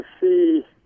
see